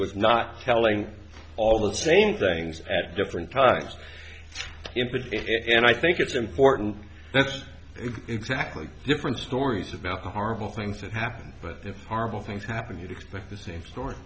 was not telling all the same things at different times in to it and i think it's important that's exactly different stories about the horrible things that happened but it's horrible things happen you'd expect the same story